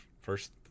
first